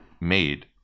made